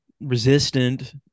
Resistant